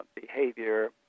behavior